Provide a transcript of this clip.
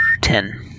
Ten